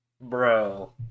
bro